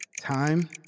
Time